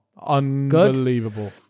unbelievable